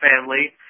family